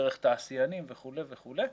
דרך תעשיינים וכולי וכולי,